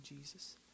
Jesus